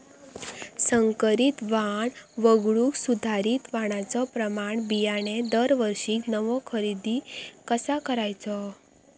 संकरित वाण वगळुक सुधारित वाणाचो प्रमाण बियाणे दरवर्षीक नवो खरेदी कसा करायचो?